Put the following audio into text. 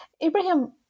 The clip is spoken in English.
Abraham